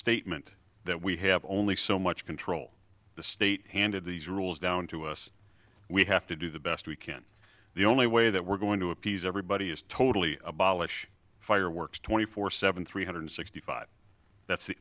statement that we have only so much control the state handed these rules down to us we have to do the best we can the only way that we're going to appease everybody is totally abolish fireworks twenty four seven three hundred sixty five that's the